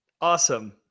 Awesome